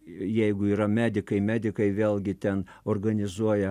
jeigu yra medikai medikai vėlgi ten organizuoja